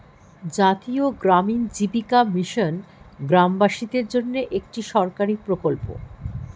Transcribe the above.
জাতীয় গ্রামীণ জীবিকা মিশন গ্রামবাসীদের জন্যে একটি সরকারি প্রকল্প